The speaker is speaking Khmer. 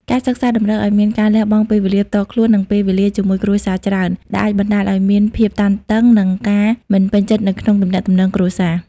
ការសិក្សាតម្រូវឱ្យមានការលះបង់ពេលវេលាផ្ទាល់ខ្លួន និងពេលវេលាជាមួយគ្រួសារច្រើន ដែលអាចបណ្តាលឱ្យមានភាពតានតឹង និងការមិនពេញចិត្តនៅក្នុងទំនាក់ទំនងគ្រួសារ។